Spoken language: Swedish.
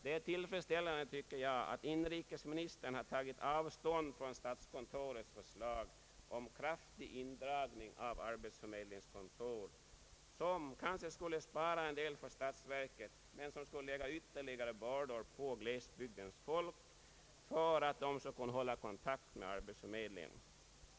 Det är tillfredsställande att inrikesministern tagit avstånd från statskontorets förslag om kraftig indragning av arbetsförmedlingskontor, vilket kanske skulle spara en del för statsverket men skulle ytterligare försvåra möjligheterna för glesbygdens folk att hålla kontakt med arbetsförmedlingen.